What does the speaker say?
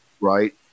Right